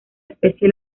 especie